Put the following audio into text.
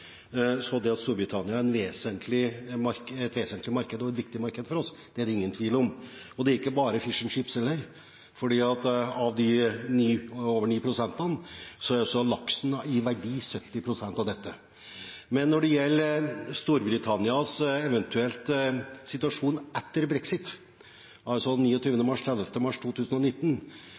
Så det at Storbritannia er et vesentlig og viktig marked for oss, er det ingen tvil om. Det er ikke bare fish & chips heller, for av de over 9 pst. utgjør laksen i verdi 70 pst. av dette. Men når det gjelder Storbritannias eventuelle situasjon etter brexit, altså den 29. mars